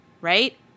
right